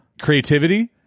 creativity